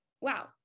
Wow